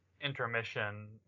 intermission